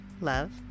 love